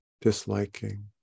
disliking